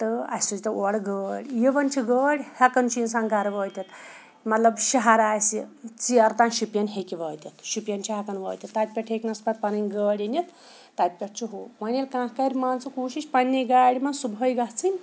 تہٕ اَسہِ سوٗزۍتو اورٕ گٲڑۍ یِوان چھِ گٲڑۍ ہٮ۪کان چھُ اِنسان گَرٕ وٲتِتھ مطلب شہر آسہِ ژیر تام شُپیَن ہیٚکہِ وٲتِتھ شُپیَن چھِ ہٮ۪کان وٲتِتھ تَتہِ پٮ۪ٹھ ہیٚکہِ نَس پَتہٕ پَںٕنۍ گٲڑۍ أنِتھ تَتہِ پٮ۪ٹھ چھُ ہُہ وۄنۍ ییٚلہِ کانٛہہ کَرِ مان ژٕ کوٗشِش پنٛنے گاڑِ منٛز صُبحٲے گژھٕنۍ